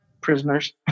Prisoners